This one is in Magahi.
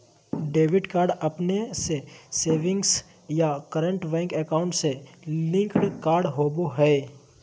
डेबिट कार्ड अपने के सेविंग्स या करंट बैंक अकाउंट से लिंक्ड कार्ड होबा हइ